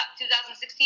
2016